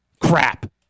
Crap